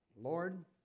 Lord